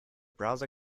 browser